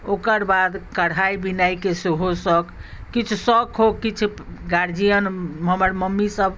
ओकरबाद कढ़ाइ बिनाइके सेहो शौख किछु शौखो किछु गार्जियन हमर मम्मीसभ